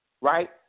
Right